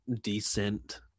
decent